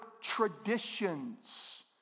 traditions